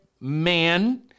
man